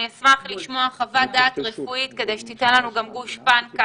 אני אשמח לשמוע חוות דעת רפואית כדי שתיתן לנו גם גושפנקה